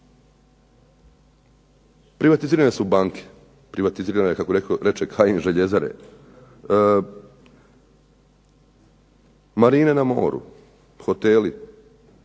Privatizirane su banke, privatizirana je, kako reče Kajin, željezare. Marine na moru, hoteli,